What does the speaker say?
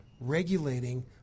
regulating